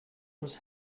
was